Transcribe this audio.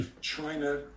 China